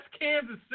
Kansas